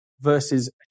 versus